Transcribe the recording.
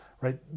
right